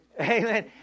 Amen